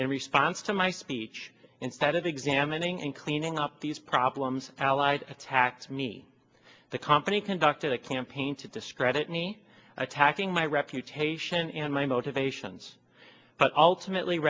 in response to my speech instead of examining and cleaning up these problems allies attacked me the company conducted a campaign to discredit me attacking my reputation and my motivations but ultimately